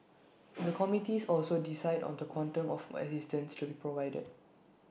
the committees also decide on the quantum of assistance to be provided